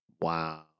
Wow